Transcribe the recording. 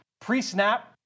pre-snap